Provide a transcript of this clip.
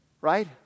right